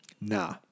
nah